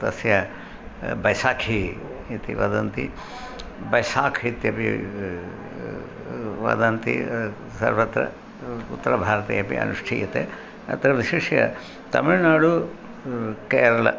तस्य बैसाखी इति वदन्ति बैसाख् इत्यपि वदन्ति सर्वत्र उत्तरभारते अपि अनुष्ठीयते अत्र विशिष्य तमिल्नाडुः केरलः